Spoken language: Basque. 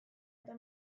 eta